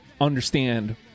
understand